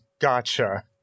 Gotcha